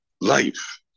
life